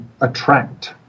attract